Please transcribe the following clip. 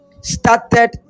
started